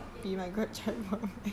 what you say